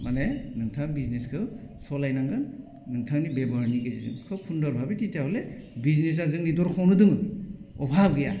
माने नोंथाङा बिजनेसखौ सलायनांगोन नोंथांनि बेबहारनि गेजेरजों खोब हुन्दर भाबे तितिया हले बिजनेसा जोंनि दरखङावनो दङ अभाब गैया